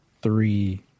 three